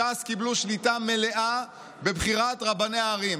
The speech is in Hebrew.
ש"ס קיבלו שליטה מלאה בבחירת רבני הערים.